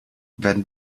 werden